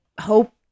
hope